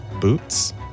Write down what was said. boots